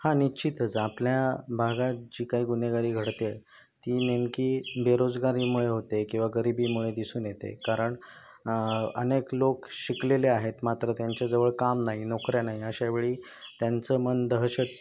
हां निश्चितच आपल्या भागात जी काही गुन्हेगारी घडते आहे ती नेमकी बेरोजगारीमुळे होते आहे किंवा गरिबीमुळे दिसून येते कारण अनेक लोक शिकलेले आहेत मात्र त्यांच्याजवळ काम नाही नोकऱ्या नाही अशावेळी त्यांचं मन दहशत